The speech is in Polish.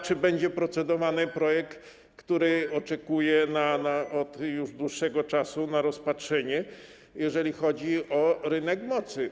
Czy będzie procedowany projekt, który oczekuje już od dłuższego czasu na rozpatrzenie, jeżeli chodzi o rynek mocy?